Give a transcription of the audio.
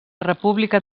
república